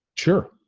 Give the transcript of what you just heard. sure,